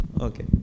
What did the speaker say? Okay